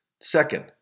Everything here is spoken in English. Second